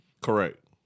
Correct